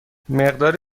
مقدار